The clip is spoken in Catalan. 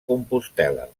compostel·la